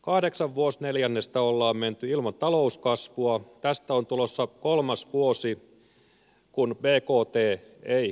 kahdeksan vuosineljännestä ollaan menty ilman talouskasvua tästä on tulossa kolmas vuosi kun bkt ei kasva